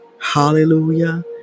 Hallelujah